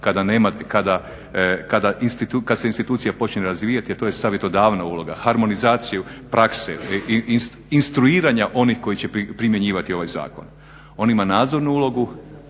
kada se institucija počinje razvijati a to je savjetodavna uloga, harmonizaciju prakse, instruiranja onih koji će primjenjivati ovaj zakon. On ima nadzornu ulogu,